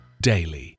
daily